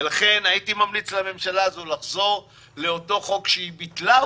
ולכן הייתי ממליץ לממשלה הזאת לחזור לאותו חוק שהיא ביטלה,